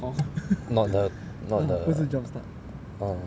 not the not the oh